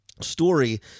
story